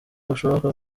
bushoboka